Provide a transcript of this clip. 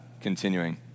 continuing